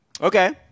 Okay